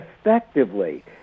effectively